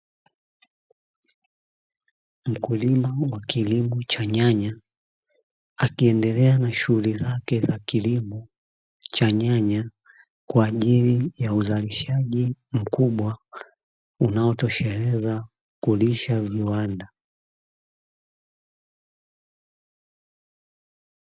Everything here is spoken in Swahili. Mkulima wa kilimo cha nyanya akiendelea na shughuli zake za kilimo cha nyanya kwajili ya uzalishaji mkubwa, unaotosheleza kulisha viwanda.